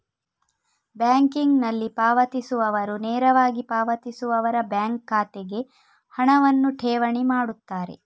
ಬ್ಯಾಂಕಿಂಗಿನಲ್ಲಿ ಪಾವತಿಸುವವರು ನೇರವಾಗಿ ಪಾವತಿಸುವವರ ಬ್ಯಾಂಕ್ ಖಾತೆಗೆ ಹಣವನ್ನು ಠೇವಣಿ ಮಾಡುತ್ತಾರೆ